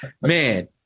Man